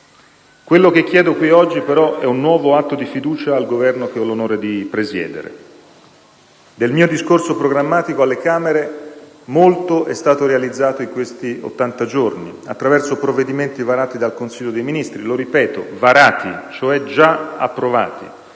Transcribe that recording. Quello che chiedo qui oggi, però, è un nuovo atto di fiducia al Governo che ho l'onore di presiedere. Del mio discorso programmatico alle Camere molto è stato realizzato in questi ottanta giorni, attraverso provvedimenti varati dal Consiglio dei ministri - lo ripeto: varati, cioè già approvati